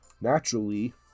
Naturally